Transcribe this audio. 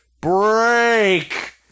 break